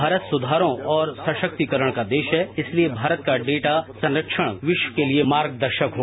भारत सुधारों और सशक्तिकरण का देश है इसलिए भारत का डेटा संरक्षण विश्व के लिए मार्गदर्शक होगा